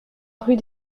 rue